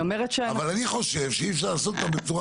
אבל אני חושב שאי אפשר לעשות אותה בצורה